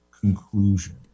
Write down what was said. conclusion